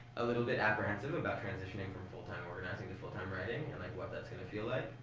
a little bit apprehensive about transitioning from full-time organizing to full-time writing and, like, what that's going to feel like.